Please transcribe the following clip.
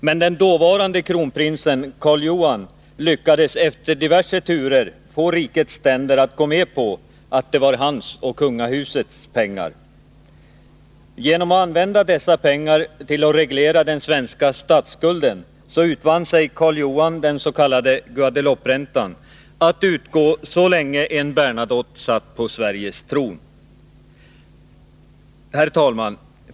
Men den dåvarande kronprinsen Karl Johan lyckades efter diverse turer få rikets ständer att gå med på att det var hans och kungahusets pengar. Genom att använda dessa pengar till att reglera den svenska statsskulden utvann sig Karl Johan den s.k. Guadelouperäntan, att utgå så länge en Bernadotte satt på Sveriges tron. Herr talman!